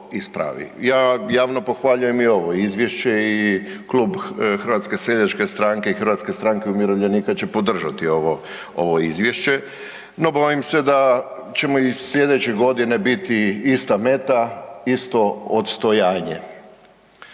Ja javno pohvaljujem i ovo izvješće i Klub Hrvatske seljačke stranke i Hrvatske strane umirovljenika će podržati ovo, ovo izvješće, no bojim se da ćemo i slijedeće godine biti ista meta, isto odstojanje.